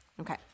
Okay